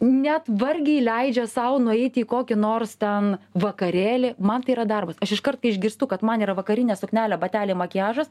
net vargiai leidžia sau nueiti į kokį nors ten vakarėlį man tai yra darbas aš iškart kai išgirstu kad man yra vakarinė suknelė bateliai makiažas